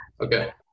Okay